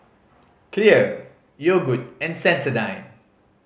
Clear Yogood and Sensodyne